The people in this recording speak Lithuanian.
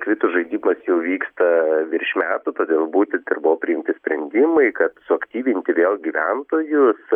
kvitų žaidimas jau vyksta virš metų todėl būtent ir buvo priimti sprendimai kad suaktyvinti vėl gyventojus